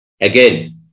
Again